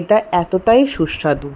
এটা এতটাই সুস্বাদু